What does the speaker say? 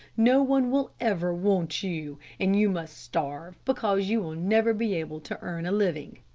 no one will ever want you and you must starve because you will never be able to earn living.